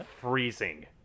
freezing